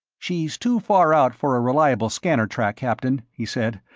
she's too far out for a reliable scanner track, captain, he said,